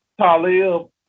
Talib